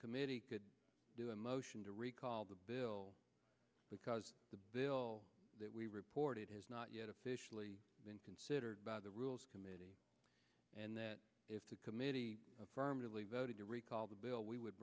committee could do a motion to recall the bill because the bill that we reported has not yet officially been considered by the rules committee and that if the committee affirmatively voted to recall the bill we would